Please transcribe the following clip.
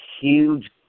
huge